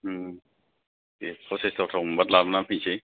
उम दे फ'साइथावथाव मोनबा लाबोनानै फैसै